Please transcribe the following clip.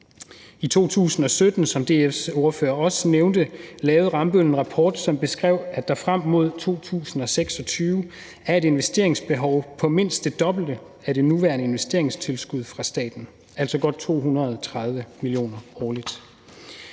10 år. Som DF's ordfører også nævnte, lavede Rambøll i 2017 en rapport, som beskrev, at der frem mod 2026 er et investeringsbehov på mindst det dobbelte af det nuværende investeringstilskud fra staten, altså godt 230 mio. kr. årligt.